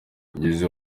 ngeze